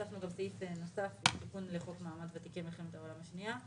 הוספנו גם סעיף נוסף עם תיקון לחוק מעמד ותיקי מלחמת העולם השנייה.